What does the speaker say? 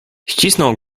ścisnął